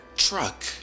truck